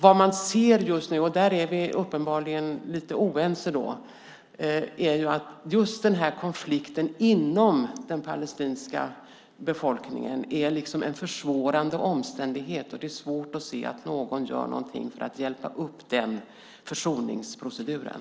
Vad man ser nu - och där är vi uppenbarligen lite oense - är att just den här konflikten inom den palestinska befolkningen är en försvårande omständighet, och det är svårt att se att någon gör någonting för att hjälpa upp försoningsproceduren.